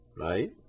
right